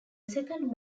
second